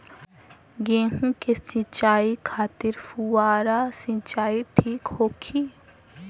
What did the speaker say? गेहूँ के सिंचाई खातिर फुहारा सिंचाई ठीक होखि?